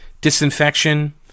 disinfection